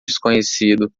desconhecido